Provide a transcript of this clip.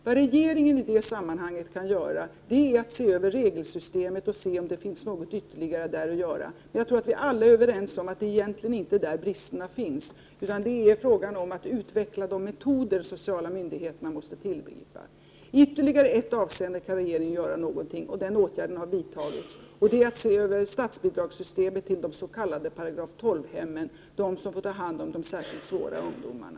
Vad regeringen i det sammanhanget kan göra är att se över regelsystemet och undersöka om det finns något ytterligare som kan göras där. Men jag tror att vi alla är överens om att det egentligen inte är här bristen finns, utan det är fråga om att utveckla de metoder som de sociala myndigheterna måste tillgripa. I ytterligare ett avseende kan regeringen göra någonting. Den åtgärden har vidtagits. Det är att se över statsbidragssystemet för de s.k. § 12-hemmen. Det är de som får ta hand om de särskilt svåra ungdomarna.